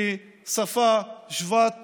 כשפה שוות